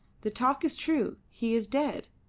the talk is true he is dead.